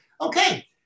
Okay